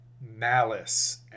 malice